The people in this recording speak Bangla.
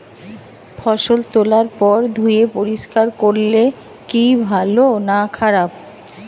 ফসল তোলার পর ধুয়ে পরিষ্কার করলে কি ভালো না খারাপ?